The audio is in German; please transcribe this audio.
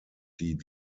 die